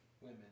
Women